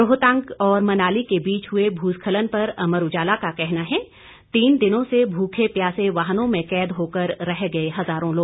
रोहतांग और मनाली के बीच हुए भू स्खलन पर अमर उजाला का कहना है तीन दिनों से भूखे प्यासे वाहनों में कैद होकर रह गए हजारों लोग